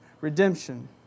redemption